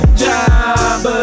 job